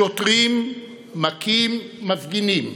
שוטרים מכים מפגינים,